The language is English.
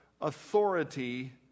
authority